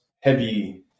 Heavy